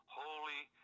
holy